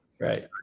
Right